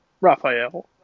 Raphael